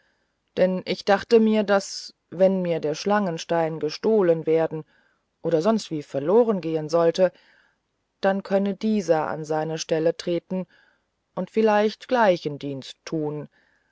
denn ich dachte mir daß wenn mir der schlangenstein gestohlen werden oder sonstwie verloren gehen sollte dann könne dieser an seine stelle treten und vielleicht gleichen dienst tun